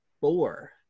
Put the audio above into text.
four